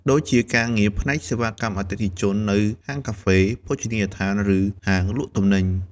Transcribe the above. ដូចជាការងារផ្នែកសេវាកម្មអតិថិជននៅហាងកាហ្វេ ភោជនីយដ្ឋាន ឬហាងលក់ទំនិញ។